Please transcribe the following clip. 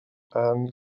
ann